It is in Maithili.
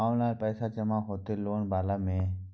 ऑनलाइन पैसा जमा हते लोन वाला में?